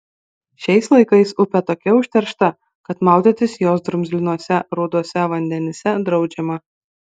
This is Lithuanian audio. šiais laikais upė tokia užteršta kad maudytis jos drumzlinuose ruduose vandenyse draudžiama